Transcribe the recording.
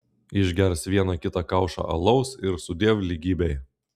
išgers vieną kita kaušą alaus ir sudiev lygybei